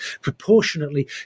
proportionately